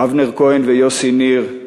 אבנר כהן ויוסי ניר,